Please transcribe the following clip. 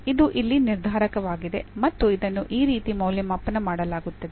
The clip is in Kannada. ಇದು ಇಲ್ಲಿ ನಿರ್ಧಾರಕವಾಗಿದೆ ಮತ್ತು ಇದನ್ನು ಈ ರೀತಿ ಮೌಲ್ಯಮಾಪನ ಮಾಡಲಾಗುತ್ತದೆ